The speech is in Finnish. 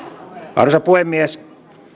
arvoisa puhemies